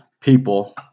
people